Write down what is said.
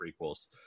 prequels